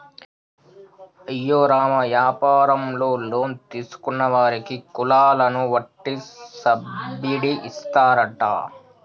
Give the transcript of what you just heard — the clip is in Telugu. అయ్యో రామ యాపారంలో లోన్ తీసుకున్న వారికి కులాలను వట్టి సబ్బిడి ఇస్తారట